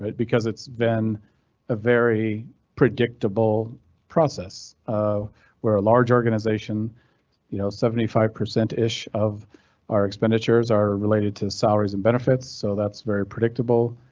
but because it's been a very predictable process of where a large organization you know, seventy five percent ish of our expenditures are related to salaries and benefits. so that's very predictable.